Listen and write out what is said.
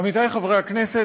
עמיתי חברי הכנסת,